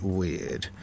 weird